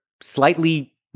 slightly